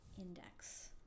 index